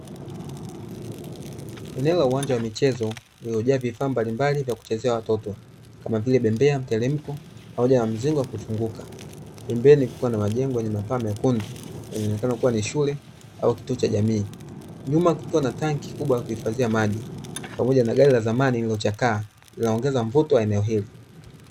Eneo la uwanja wa michezo lililojaa vifaa mbali mbali vya kuchezea watoto kama vile bembea mtereremko pamoja na mzinga wa kuzinguka. Pembeni kukiwa kuna majengo yenye paa nyekundu yakionekana kuwa ni shule au kituo cha jamii. Nyuma kupo na tanki kubwa la kuhifadhia maji pamoja na gari la zamani lililochakaa, linaloongeza mvuto wa eneo hili.